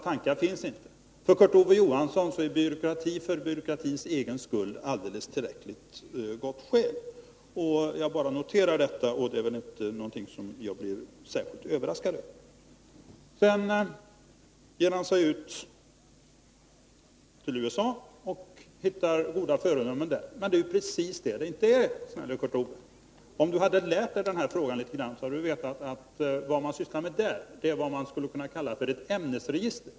För Kurt Ove Johansson är byråkrati för byråkratins egen skull alldeles tillräckligt gott skäl. Jag bara noterar detta. Det är inte någonting som jag blev särskilt överraskad över. Sedan hittar han goda föredömen i USA. Men det är ju precis så det inte är. Om Kurt Ove Johansson hade lärt sig den här frågan litet, så hade han vetat att vad man sysslar med där är vad som skulle kunna kallas ett ämnesregister.